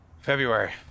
February